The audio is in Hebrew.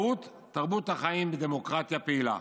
מהות תרבות החיים בדמוקרטיה פעילה.